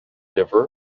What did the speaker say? differ